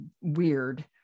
weird